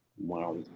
Wow